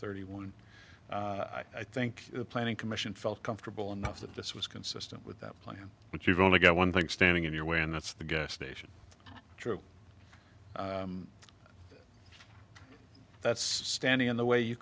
thirty one i think the planning commission felt comfortable enough that this was consistent with that plan but you've only got one thing standing in your way and that's the gas station true that's standing in the way you